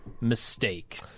mistake